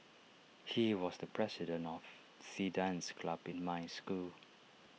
he was the president of the dance club in my school